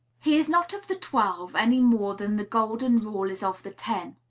he is not of the twelve, any more than the golden rule is of the ten.